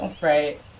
right